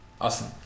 awesome